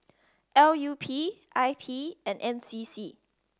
L U P I P and N C C